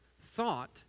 thought